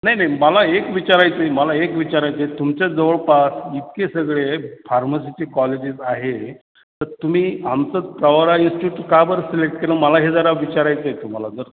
नाही नाही मला एक विचारायचं आहे मला एक विचारायचं आहे तुमच्या जवळपास इतके सगळे फार्मसीचे कॉलेजेस आहे तर तुम्ही आमचं प्रवरा इन्स्टिट्यूट का बरं सिलेक्ट केलं मला हे जरा विचारायचं आहे तुम्हाला जर